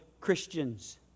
Christians